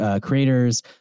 creators